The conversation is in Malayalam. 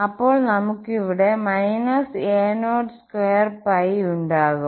അപ്പോൾ നമുക്കവിടെ a02 ഉണ്ടാകും